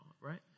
right